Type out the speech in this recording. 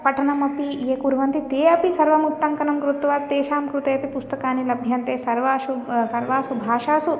पठनमपि ये कुर्वन्ति ते अपि सर्वमुट्टङ्कनं कृत्वा तेषां कृतेपि पुस्तकानि लभ्यन्ते सर्वाषु सर्वासु भाषासु